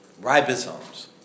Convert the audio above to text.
ribosomes